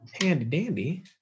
Handy-dandy